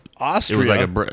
Austria